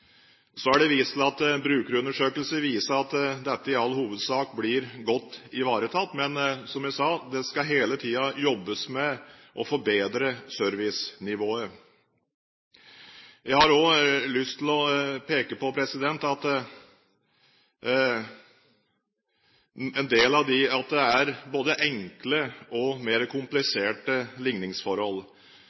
Så er det vist til at brukerundersøkelser viser at dette i all hovedsak blir godt ivaretatt, men, som jeg sa, det skal hele tiden jobbes med å forbedre servicenivået. Jeg har også lyst til å peke på at det er både enkle og mer kompliserte ligningsforhold.